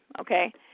okay